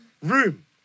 room